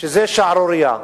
שזאת שערורייה.